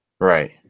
Right